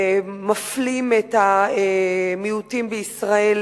מפלים את המיעוטים בישראל